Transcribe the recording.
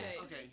Okay